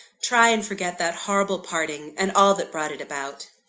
try and forget that horrible parting, and all that brought it about.